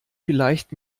vielleicht